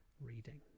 reading